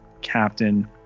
captain